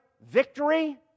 victory